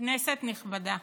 כנסת נכבדה